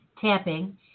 tapping